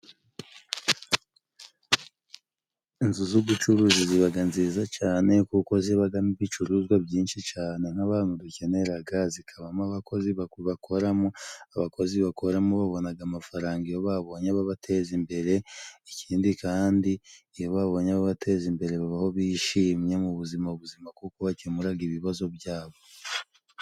Inzu z'ubucuruzi zibaga nziza cane kuko zibagamo ibicuruzwa byinshi cane nk'abantu dukeneraga zikabamo abakozi bakoramo, abakozi bakoramo babonaga amafaranga iyo babonye ababateza imbere ikindi kandi iyo babonye abateza imbere babaho bishimye mu buzima buzima kuko bakemuraga ibibazo byabo.